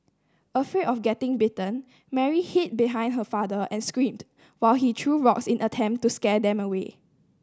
afraid of getting bitten Mary hid behind her father and screamed while he threw rocks in attempt to scare them away